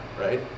right